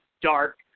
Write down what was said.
dark